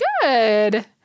Good